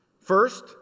First